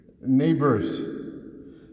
neighbors